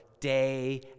day